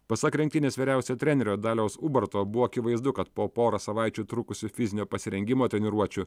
pasak rinktinės vyriausio trenerio daliaus ubarto buvo akivaizdu kad po porą savaičių trukusių fizinio pasirengimo treniruočių